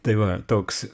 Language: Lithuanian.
tai va toks